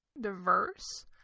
diverse